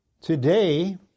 Today